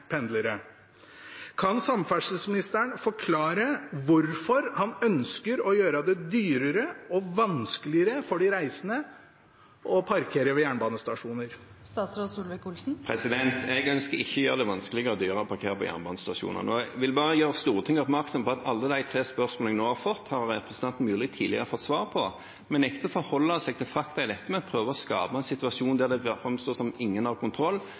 pendlere. Kan samferdselsministeren forklare hvorfor han ønsker å gjøre det dyrere og vanskeligere for de reisende å parkere ved jernbanestasjoner? Jeg ønsker ikke å gjøre det vanskeligere og dyrere å parkere på jernbanestasjonene, og jeg vil bare gjøre Stortinget oppmerksom på at alle de tre spørsmålene jeg nå har fått, har representanten Myrli tidligere fått svar på, men han nekter å forholde seg til fakta om dette og prøver å skape en situasjon der det virker som om ingen har kontroll,